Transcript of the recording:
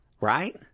Right